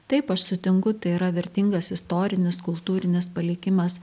taip aš sutinku tai yra vertingas istorinis kultūrinis palikimas